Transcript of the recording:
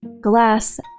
glass